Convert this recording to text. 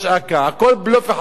הכול בלוף אחד גדול.